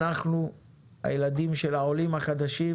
אנחנו, הילדים של העולים החדשים,